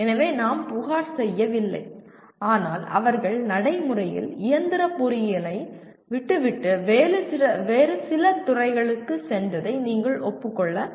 எனவே நாம் புகார் செய்யவில்லை ஆனால் அவர்கள் நடைமுறையில் இயந்திர பொறியியலை விட்டுவிட்டு வேறு சில துறைகளுக்கு சென்றதை நீங்கள் ஒப்புக் கொள்ள வேண்டும்